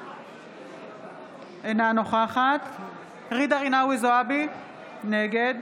אינה נוכחת ג'ידא רינאוי זועבי, נגד